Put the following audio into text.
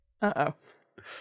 Uh-oh